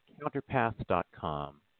counterpath.com